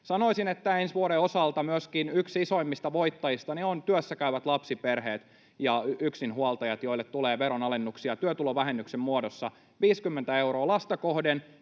Sanoisin, että ensi vuoden osalta yksi isoimmista voittajista ovat myöskin työssäkäyvät lapsiperheet ja yksinhuoltajat, joille tulee veronalennuksia työtulovähennyksen muodossa 50 euroa lasta kohden,